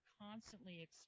constantly